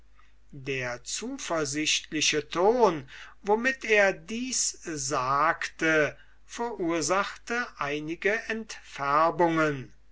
der zuversichtliche ton womit er dies sagte verursachte einige